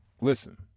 Listen